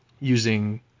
using